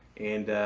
and,